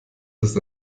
ist